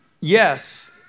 yes